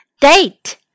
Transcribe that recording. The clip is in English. Date